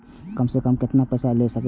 कम से कम केतना पैसा ले सके छी?